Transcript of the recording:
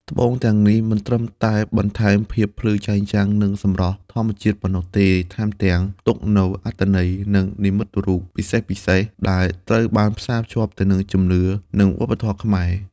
ត្បូងទាំងនេះមិនត្រឹមតែបន្ថែមភាពភ្លឺចែងចាំង និងសម្រស់ធម្មជាតិប៉ុណ្ណោះទេ ថែមទាំងផ្ទុកនូវអត្ថន័យ និងនិមិត្តរូបពិសេសៗ ដែលត្រូវបានផ្សារភ្ជាប់ទៅនឹងជំនឿ និងវប្បធម៌ខ្មែរ។